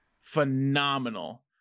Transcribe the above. phenomenal